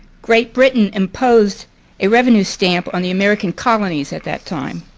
great britain imposed a revenue stamp on the american colonies at that time.